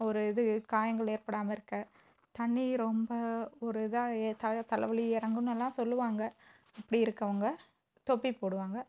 ஒரு இது காயங்கள் ஏற்படாமல் இருக்க தண்ணி ரொம்ப ஒரு இதாக த தலைவலி இறங்குன்னு எல்லாம் சொல்லுவாங்கள் அப்படி இருக்கவங்கள் தொப்பி போடுவாங்கள்